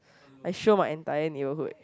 I show my entire neighborhood